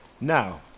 Now